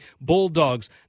Bulldogs